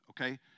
okay